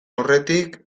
aurretik